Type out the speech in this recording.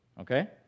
Okay